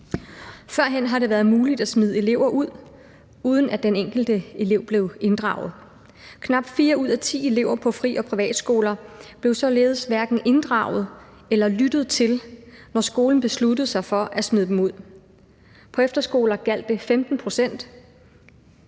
førhen været muligt at smide elever ud, uden at den enkelte elev blev inddraget. Knap fire ud af ti elever på fri- og privatskoler blev således hverken inddraget eller lyttet til, når skolen besluttede sig for at smide dem ud, og på efterskoler gjaldt det for 15 pct.